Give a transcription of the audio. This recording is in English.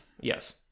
yes